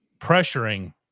pressuring